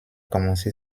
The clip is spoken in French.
commencé